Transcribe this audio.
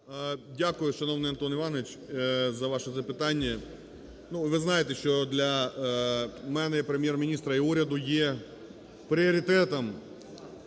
Дякую, шановний Антон Іванович, за ваше запитання. Ви знаєте, що для мене як Прем'єр-міністра і уряду є пріоритетом